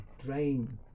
drain